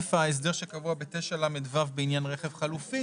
חלף ההסדר שקבוע ב-9לו בעניין רכב חלופי.